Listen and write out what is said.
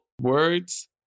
words